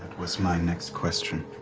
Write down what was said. was my next question.